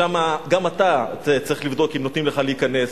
שם גם אתה צריך לבדוק אם נותנים לך להיכנס.